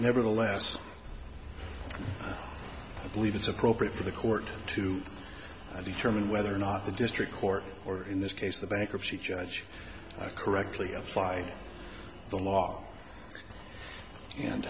nevertheless i believe it's appropriate for the court to determine whether or not the district court or in this case the bankruptcy judge correctly applied the law and